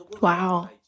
Wow